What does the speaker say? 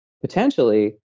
potentially